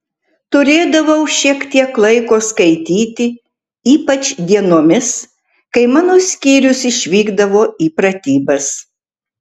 turėdavau šiek tiek laiko skaityti ypač dienomis kai mano skyrius išvykdavo į pratybas